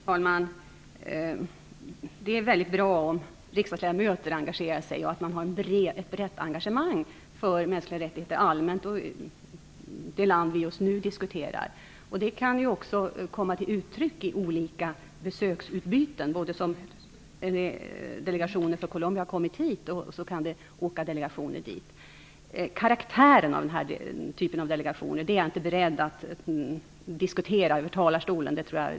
Fru talman! Det är mycket bra att riksdagsledamöter engagerar sig och att det finns ett brett engagemang för de mänskliga rättigheterna, både allmänt och för det land som vi nu diskuterar. Det kan komma till uttryck i olika besöksutbyten. Likaväl som det kan komma delegationer hit från Colombia kan det åka delegationer dit. Men karaktären av denna typ av delegationer är jag inte beredd att stå här i talarstolen och diskutera.